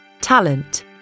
talent